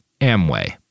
Amway